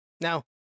Now